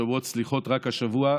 שאומרות סליחות רק השבוע,